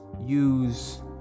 use